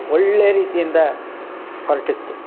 ಒಳ್ಳೆಯ ರೀತಿಯಿಂದ ಹೊರಟಿತ್ತು